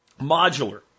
modular